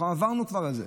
עברנו כבר את זה.